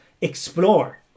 explore